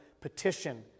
petition